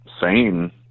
sane